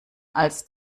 als